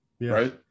Right